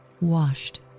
washed